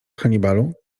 hannibalu